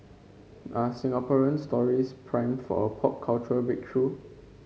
are Singaporean stories primed for a pop cultural breakthrough